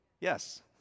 yes